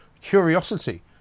curiosity